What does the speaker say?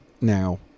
now